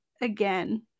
again